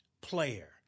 player